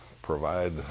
provide